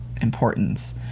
importance